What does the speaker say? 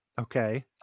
Okay